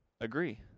Agree